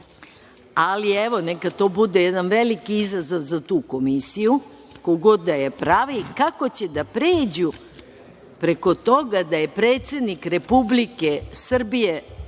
ali evo neka to bude jedan veliki izazov za tu komisiju, ko god da je pravi, kako će da pređu preko toga da je predsednik Republike Srbije